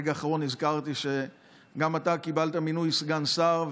ברגע האחרון נזכרתי שגם אתה קיבלת מינוי סגן שר.